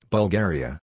Bulgaria